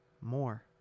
more